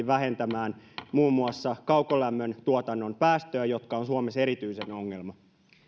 vähentämään muun muassa kaukolämmöntuotannon päästöjä jotka ovat suomessa erityinen ongelma